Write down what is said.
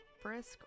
Frisk